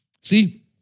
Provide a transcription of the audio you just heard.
See